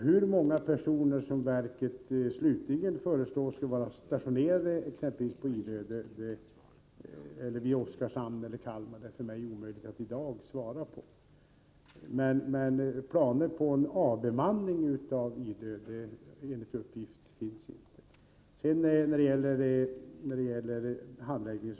Hur många personer som verket slutligen kommer att föreslå skall vara stationerade på Idö, i Oskarshamn eller i Kalmar är det för mig omöjligt att i dag säga. Men några planer på en avbemanning av Idö finns som sagt inte enligt de uppgifter jag fått.